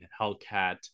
Hellcat